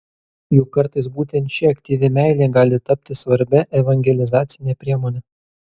juk kartais būtent ši aktyvi meilė gali tapti svarbia evangelizacine priemone